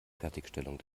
fertigstellung